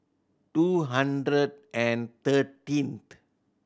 two hundred and thirteen